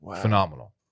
phenomenal